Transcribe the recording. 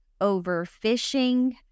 overfishing